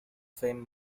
fame